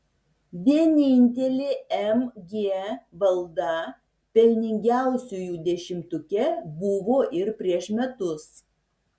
vienintelė mg valda pelningiausiųjų dešimtuke buvo ir prieš metus